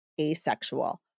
asexual